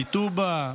מטובא.